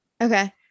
Okay